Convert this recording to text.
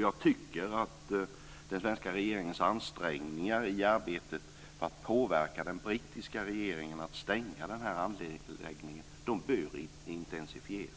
Jag tycker att den svenska regeringens ansträngningar i arbetet för att påverka den brittiska regeringen att stänga denna anläggning bör intensifieras.